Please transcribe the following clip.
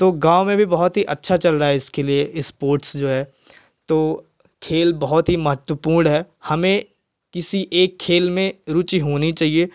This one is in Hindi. तो गाँव में भी बहुत ही अच्छा चल रहा है इसके लिए स्पोर्ट्स जो है तो खेल बहुत ही महत्वपूर्ण है हमें किसी एक खेल में रूचि होनी चाहिए